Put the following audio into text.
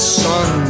sun